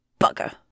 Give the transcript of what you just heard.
bugger